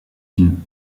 une